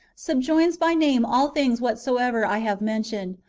subjoins by name all things whatsoever i have mentioned,